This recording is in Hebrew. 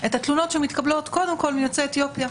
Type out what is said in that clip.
את התלונות שמתקבלות קודם כול מיוצאי אתיופיה,